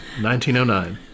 1909